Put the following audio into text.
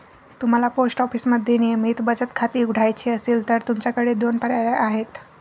तुम्हाला पोस्ट ऑफिसमध्ये नियमित बचत खाते उघडायचे असेल तर तुमच्याकडे दोन पर्याय आहेत